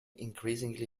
increasingly